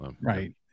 right